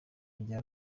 rya